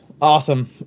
awesome